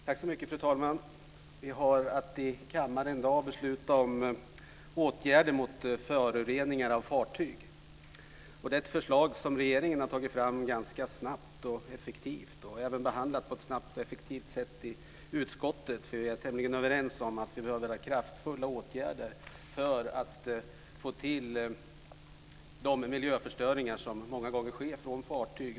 Fru talman! Vi har att i kammaren i dag besluta om åtgärder mot förorening från fartyg. Det är ett förslag som regeringen har tagit fram ganska snabbt och effektivt. Vi har även behandlat det på ett snabbt och effektivt sätt i utskottet, för vi är tämligen överens om att vi behöver få till kraftfulla åtgärder mot den miljöförstöring av våra hav som många gånger sker från fartyg.